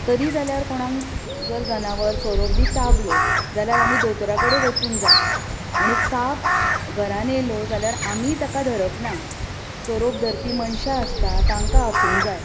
तरी जाल्यार कोणाक जर जनावर सोरोप बी चाबलो जाल्यार आमी दोतोरा कडेन वचूंक जाय आनी साप घरांत येलो जाल्यार आमी ताका धरप ना सोरोप धरपी मनशां आसता तांकां आफोवंक जाय